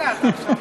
הנה, אתה,